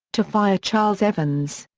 to fire charles evans.